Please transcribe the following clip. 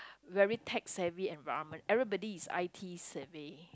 very tech savvy environment everybody is i_t survey